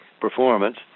performance